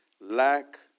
Lack